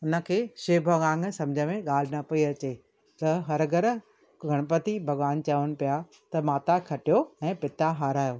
उनखे शिव भॻवानु सम्झ में ॻाल्हि न पई अचे त हर हर गणपति भॻवानु चवनि पिया त माता खटियो ऐं पिता हारायो